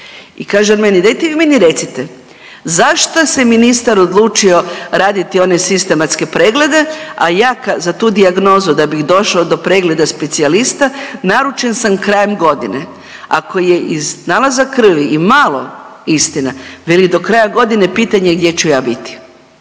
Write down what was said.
I kaže on meni dajte vi meni recite zašto se ministar odlučio raditi one sistematske preglede, a ja za tu dijagnozu da bih došao do pregleda specijalista naručen sam krajem godine. Ako je iz nalaza krvi i malo istina, veli do kraja godine pitanje je gdje ću ja biti.